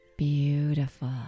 Beautiful